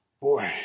boy